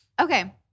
Okay